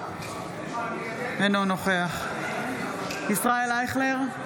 אינו נוכח ישראל אייכלר,